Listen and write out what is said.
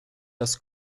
das